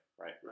right